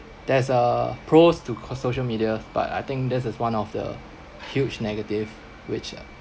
there's a pros to co~ social media but I think this is one of the huge negative which uh